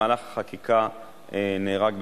שפורסמה בחוברת הצעות חוק 138, הצעות חוק